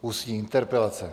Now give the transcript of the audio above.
Ústní interpelace